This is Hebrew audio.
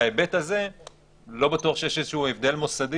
בהיבט הזה לא בטוח שיש איזשהו הבדל מוסדי